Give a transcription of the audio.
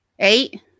Eight